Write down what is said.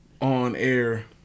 on-air